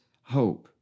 hope